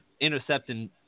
intercepting